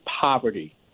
poverty